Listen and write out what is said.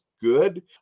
good